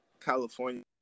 California